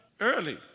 early